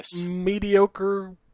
mediocre